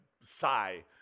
sigh